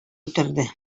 үтерде